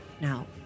Now